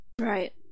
Right